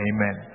Amen